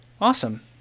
awesome